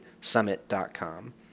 summit.com